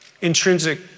intrinsic